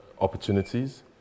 opportunities